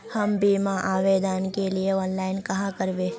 हम बीमा आवेदान के लिए ऑनलाइन कहाँ करबे?